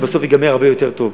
בסוף ייגמר הרבה יותר טוב.